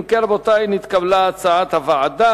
אם כן, רבותי, נתקבלה הצעת הוועדה.